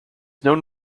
known